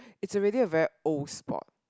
is already a very old sport